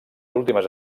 últimes